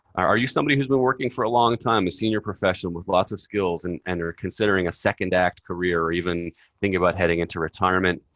are you somebody who's been working for a long time a senior professional with lots of skills and and are considering a second act career, or even thinking about heading into retirement?